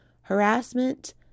harassment